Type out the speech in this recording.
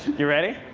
yeah ready.